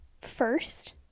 first